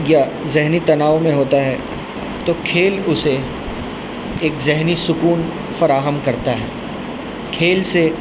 یا ذہنی تناؤ میں ہوتا ہے تو کھیل اسے ایک ذہنی سکون فراہم کرتا ہے کھیل سے